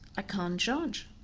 i can't judge.